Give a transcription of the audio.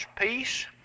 peace